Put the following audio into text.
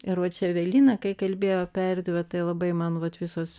ir va čia evelina kai kalbėjo apie erdvę tai labai man vat visos